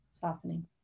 softening